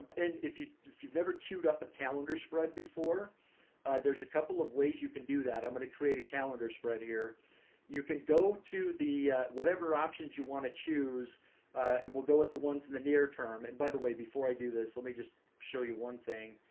and if you if you've never cued up a calendar spread before there's a couple of ways you can do that i'm going to create a calendar spread here you can go to the whatever options you want to choose and we'll go with the ones in the near term and by the way before i do this let me just show you one thing